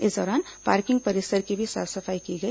इस दौरान पार्किंग परिसर की भी साफ सफाई की गई